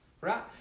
Right